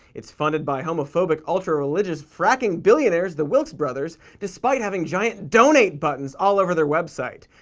it's funded by homophobic, ultra-religious fracking billionaires the wilks brothers, despite having giant donate buttons all over their website.